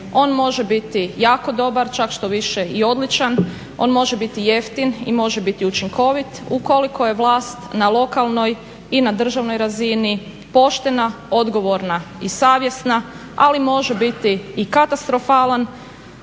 on može biti jako dobar, čak štoviše i odličan, on može biti jeftin i može biti učinkovito. Ukoliko je vlast na lokalnoj i na državnoj razini poštena, odgovorna i savjesna, ali može biti i katastrofalan,